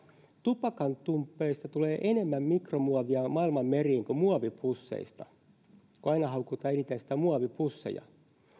tupakantumpeista tulee enemmän mikromuovia maailman meriin kuin muovipusseista aina haukutaan eniten muovipusseja